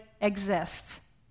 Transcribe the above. exists